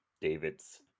David's